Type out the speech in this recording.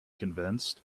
convinced